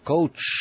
Coach